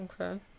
Okay